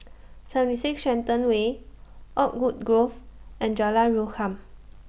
seventy six Shenton Way Oakwood Grove and Jalan Rukam